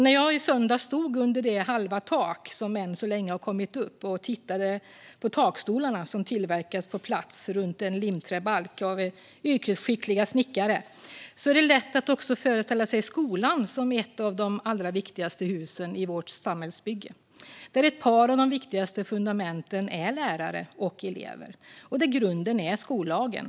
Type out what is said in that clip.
När jag i söndags stod under det halva tak som än så länge har kommit upp och tittade på takstolarna, som tillverkas på plats runt en limträbalk av yrkesskickliga snickare, var det lätt att föreställa sig skolan som ett av de allra viktigaste husen i vårt samhällsbygge. Där är ett par av de viktigaste fundamenten lärare och elever, och grunden är skollagen.